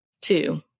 two